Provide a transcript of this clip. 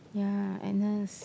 ya Agnes